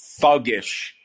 thuggish